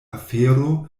afero